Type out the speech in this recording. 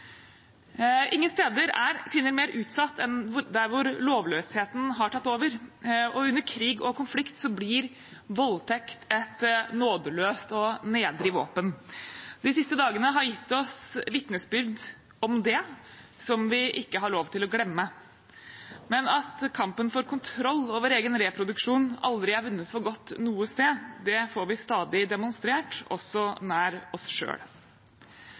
Ingen steder er kvinner mer utsatt enn der hvor lovløsheten har tatt over. Under krig og konflikt blir voldtekt et nådeløst og nedrig våpen. De siste dagene har gitt oss vitnesbyrd om det, som vi ikke har lov til å glemme. Men at kampen for kontroll over egen reproduksjon aldri er vunnet for godt noe sted, får vi stadig demonstrert også nær oss